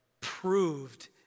proved